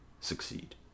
succeed